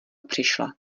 přišla